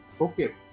Okay